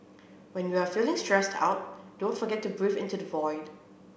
when you are feeling stressed out don't forget to breathe into the void